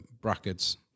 brackets